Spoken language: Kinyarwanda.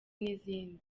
n’izindi